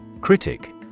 Critic